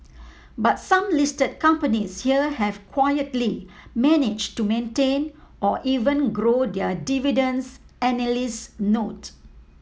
but some listed companies here have quietly managed to maintain or even grow their dividends analysts note